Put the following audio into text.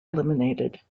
eliminated